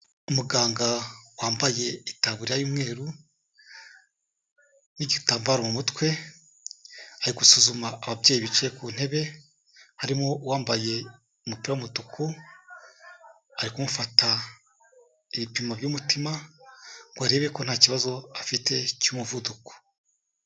Umuganga wambaye itaburiya y'umweru n'igitambaro mu mutwe, ari gusuzuma ababyeyi bicaye ku ntebe, harimo uwambaye umupira w'umutuku, ari kumufata ibipimo by'umutima, ngo arebe ko nta kibazo afite cy'umuvuduko.